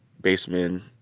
baseman